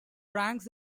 ranks